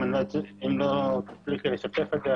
אם לא תצליחי לשתף את זה,